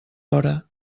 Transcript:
hora